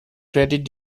credit